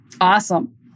Awesome